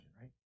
right